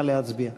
נא להצביע.